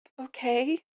Okay